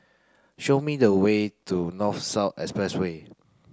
show me the way to North South Expressway